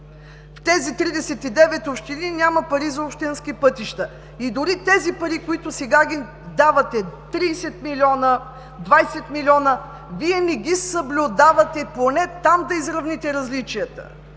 В тези 39 общини няма пари за общински пътища. Дори тези пари, които сега давате – 30 милиона, 20 милиона, Вие не ги съблюдавате, поне там да изравните различията,